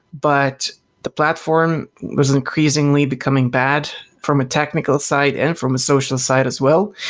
but the platform was increasingly becoming bad from a technical side and from a social side as well.